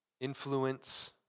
influence